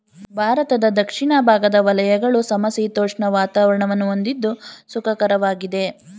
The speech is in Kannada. ಭಾರತದ ದಕ್ಷಿಣ ಭಾಗದ ವಲಯಗಳು ಸಮಶೀತೋಷ್ಣ ವಾತಾವರಣವನ್ನು ಹೊಂದಿದ್ದು ಸುಖಕರವಾಗಿದೆ